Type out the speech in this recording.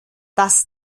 dass